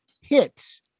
hits